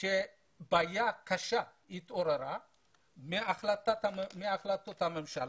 התעוררה בעיה קשה מאז החלטות הממשלה.